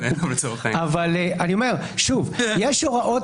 יש הוראות